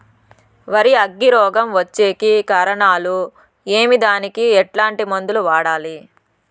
వరి అగ్గి రోగం వచ్చేకి కారణాలు ఏమి దానికి ఎట్లాంటి మందులు వాడాలి?